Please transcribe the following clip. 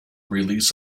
release